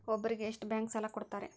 ಒಬ್ಬರಿಗೆ ಎಷ್ಟು ಬ್ಯಾಂಕ್ ಸಾಲ ಕೊಡ್ತಾರೆ?